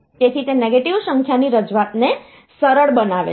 તેથી તે નેગેટિવ સંખ્યાની રજૂઆતને સરળ બનાવે છે